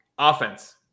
Offense